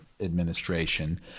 administration